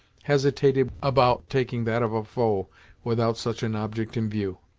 hesitated about taking that of a foe without such an object in view.